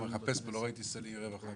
לא ראיתי כאן סלי רווחה.